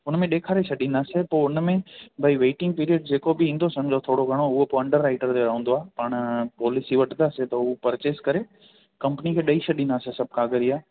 उन में ॾेखारे छॾींदासीं पोइ हुन में भाई वेटिंग पीरियड जेको बि ईंदो सम्झो थोरो घणो हो त अंडर राइटर ते रहंदो आहे पाण पॉलिसी वठंदासीं त उहो परचेस करे कंपनी खे ॾेई छॾींदासीं सभु कागरु ईअं